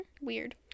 Weird